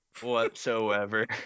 whatsoever